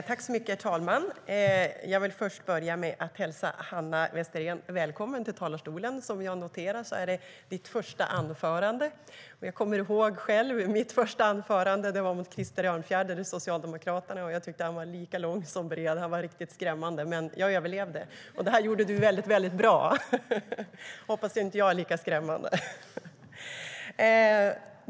Herr ålderspresident! Jag vill börja med att hälsa Hanna Westerén välkommen till talarstolen. Som jag har noterat är det ditt första anförande och replikskifte. Jag kommer ihåg mitt första replikskifte mot Krister Örnfjäder från Socialdemokraterna. Jag tyckte han var lika lång som bred. Han var riktigt skrämmande, men jag överlevde. Du gjorde det här väldigt bra, och jag hoppas att jag inte är lika skrämmande.